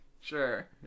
sure